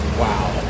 wow